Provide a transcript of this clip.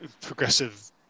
progressive